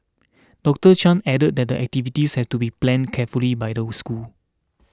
Doctor Chan added that the activities have to be planned carefully by the schools